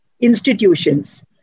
institutions